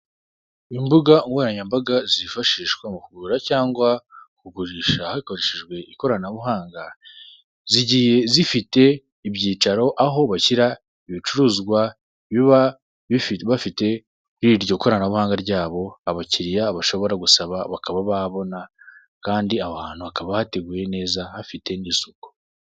Imbuga nkoranyambaga zifashishwa mu kugura cyangwa kugurisha hakoreshejwe ikoranabuhanga zigiye zifite ibyicaro aho bashyira ibicuruzwa biba bafite iryo koranabuhanga ryabo abakiriya bashobora gusaba bakaba babona kandi aho hantu hakaba hateguye neza afite n'isuku.